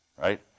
Right